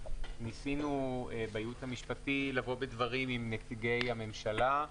ניסינו בייעוץ המשפטי לבוא בדברים עם נציגי הממשלה,